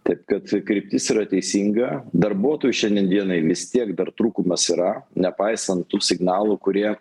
taip kad kryptis yra teisinga darbuotojų šiandien dienai vis tiek dar trūkumas yra nepaisant tų signalų kurie